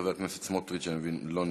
חבר הכנסת סמוטריץ, אני מבין, לא נמצא.